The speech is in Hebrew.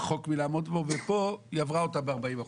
רחוק מלעמוד בו ופה היא עברה אותו ב-40%.